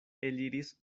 eliris